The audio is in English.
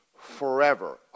forever